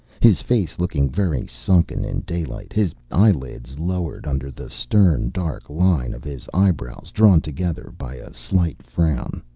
his face looking very sunken in daylight, his eyelids lowered under the stern, dark line of his eyebrows drawn together by a slight frown.